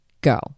go